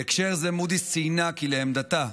בהקשר זה מודי'ס ציינה כי לעמדתה,